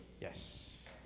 Yes